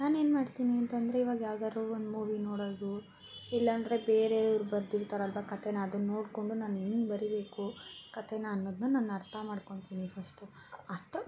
ನಾನೇನು ಮಾಡ್ತೀನಿ ಅಂತಂದ್ರೆ ಇವಾಗ ಯಾವ್ದಾದ್ರು ಒಂದು ಮೂವಿ ನೋಡೋದು ಇಲ್ಲಂದ್ರೆ ಬೇರೆಯವರು ಬರೆದಿರ್ತಾರಲ್ವ ಕತೆನ ಅದನ್ನ ನೋಡ್ಕೊಂಡು ನಾನು ಹೆಂಗೆ ಬರಿಬೇಕು ಕತೆನ ಅನ್ನೋದನ್ನ ನಾನು ಅರ್ಥ ಮಾಡ್ಕೊಳ್ತೀನಿ ಫಸ್ಟು ಅರ್ಥ